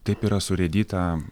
taip yra surėdyta